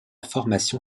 formation